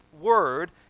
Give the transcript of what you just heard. word